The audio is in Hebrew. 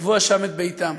לקבוע שם את ביתם.